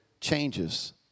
changes